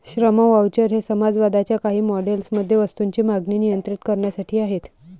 श्रम व्हाउचर हे समाजवादाच्या काही मॉडेल्स मध्ये वस्तूंची मागणी नियंत्रित करण्यासाठी आहेत